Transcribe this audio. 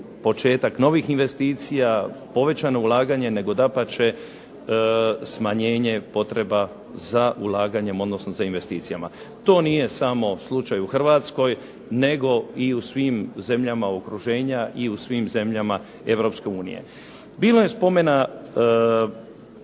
početak novih investicija, povećano ulaganje nego dapače smanjenje potreba za ulaganjem odnosno za investicijama. To nije samo slučaj u Hrvatskoj nego i u svim zemljama okruženja i u svim zemljama Europske unije. Bilo je spomena